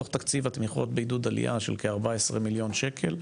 מתוך תקציב התמיכות בעידוד עלייה של כ-14 מיליון שקל,